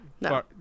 no